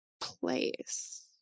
place